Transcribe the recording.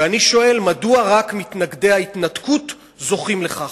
ואני שואל מדוע רק מתנגדי ההתנתקות זוכים לכך.